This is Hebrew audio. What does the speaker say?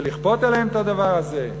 ולכפות עליהם את הדבר הזה?